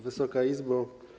Wysoka Izbo!